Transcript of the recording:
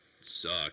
suck